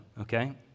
okay